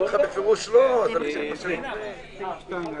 סוגרים את העיר,